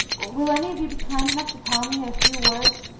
will any of you be kind enough to tell me, in a few words,